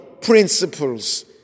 principles